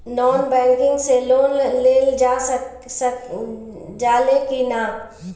Non banking से loan लेल जा ले कि ना?